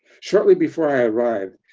shortly before i arrived,